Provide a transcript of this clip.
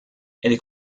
est